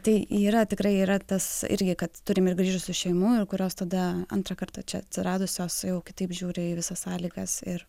tai yra tikrai yra tas irgi kad turim ir grįžusių šeimų kurios tada antrą kartą čia atsiradusios jau kitaip žiūri į visas sąlygas ir